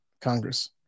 Congress